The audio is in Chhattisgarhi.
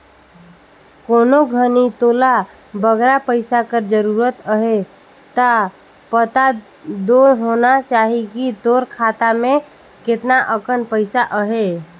कोनो घनी तोला बगरा पइसा कर जरूरत अहे ता पता दो होना चाही कि तोर खाता में केतना अकन पइसा अहे